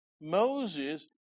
Moses